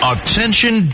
Attention